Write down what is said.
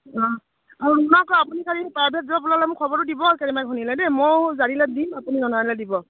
অঁ অঁ শুনক আকৌ আপুনি খালি প্ৰাইভেট জব ওলালে মোক খবৰটো দিব কেনেবাকৈ শুনিলে দেই ময়ো জানিলে দিম আপুনি জনালে দিব